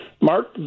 Mark